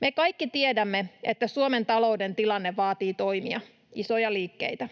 Me kaikki tiedämme, että Suomen talouden tilanne vaatii toimia, isoja liikkeitä.